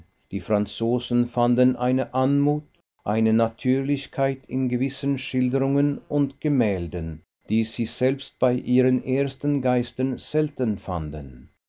die franzosen fanden eine anmut eine natürlichkeit in gewissen schilderungen und gemälden die sie selbst bei ihren ersten geistern selten fanden